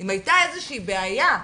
אם היתה איזושהי בעיה,